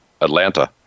atlanta